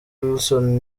wilson